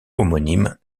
homonyme